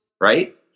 right